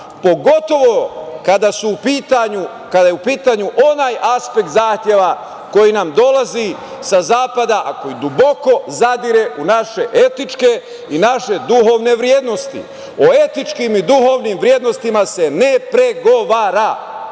pogotovo kada je u pitanju onaj aspekt zahteva koji nam dolazi sa zapada, a koji duboko zadire u naše etičke i naše duhovne vrednosti. O etičkim i duhovnim vrednostima se ne pregovara. Dakle,